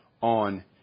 on